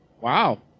Wow